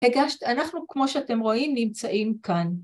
אנחנו כמו שאתם רואים נמצאים כאן